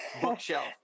bookshelf